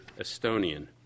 Estonian